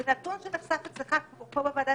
זה נתון שנחשף אצלך פה בוועדה,